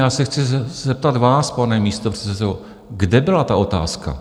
Já se chci zeptat vás, pane místopředsedo: Kde byla ta otázka?